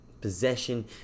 possession